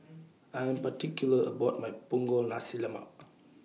I Am particular about My Punggol Nasi Lemak